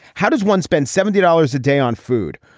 how does one spend seventy dollars a day on food.